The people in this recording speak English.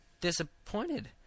disappointed